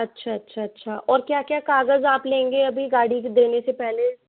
अच्छा अच्छा अच्छा और क्या क्या कागज आप लेंगे अभी गाड़ी के देने से पहले